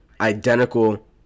identical